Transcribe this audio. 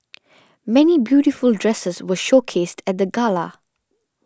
many beautiful dresses were showcased at the gala